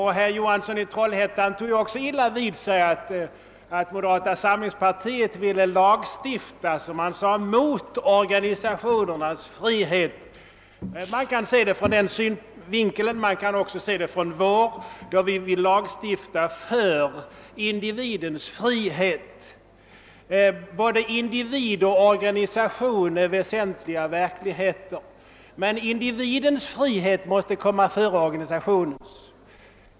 Herr Johansson i Trollhättan tog ju också illa vid sig med anledning av att moderata samlingspartiet vill lagstifta, som han sade, mot organisationernas frihet. Man kan se det ur den synvinkeln. Man kan också se det så, att vi vill lagstifta för individens frihet. Både individ och organisation är väsentliga verkligheter, men individens frihet måste komma före organisationens.